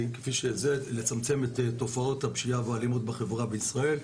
המטרה היא לצמצם את תופעות הפשיעה והאלימות בחברה בישראל,